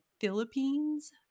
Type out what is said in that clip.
Philippines